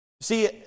see